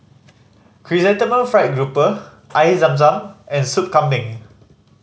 Chrysanthemum Fried Grouper Air Zam Zam and Soup Kambing